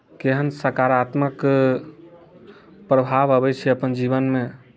केहन सकारात्मक प्रभाव अबैत छै अपन जीवनमे